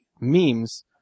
memes